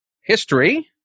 history